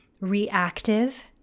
reactive